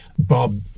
bob